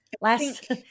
Last